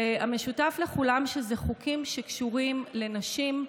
והמשותף לכולם הוא שאלה חוקים שקשורים לנשים,